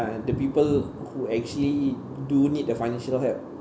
the people who actually do need the financial help